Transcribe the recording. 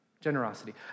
generosity